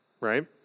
right